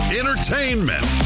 entertainment